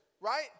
right